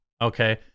Okay